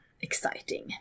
Exciting